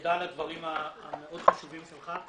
תודה על הדברים המאוד-חשובים שלך.